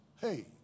hey